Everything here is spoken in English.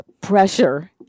pressure